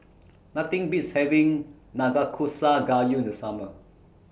Nothing Beats having Nanakusa Gayu The Summer